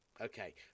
Okay